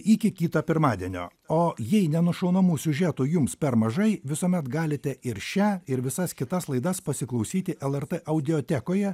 iki kito pirmadienio o jei nenušaunamų siužetų jums per mažai visuomet galite ir šią ir visas kitas laidas pasiklausyti lrt audiotekoje